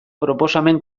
proposamen